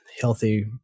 healthy